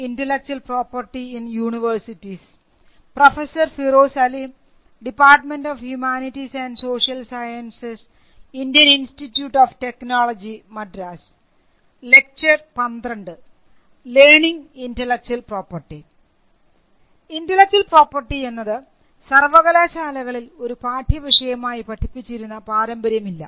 intellectual property എന്നത് സർവ്വകലാശാലകളിൽ ഒരു പാഠ്യവിഷയമായി പഠിപ്പിച്ചിരുന്ന പാരമ്പര്യമില്ല